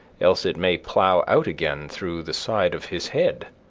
else it may plow out again through the side of his head.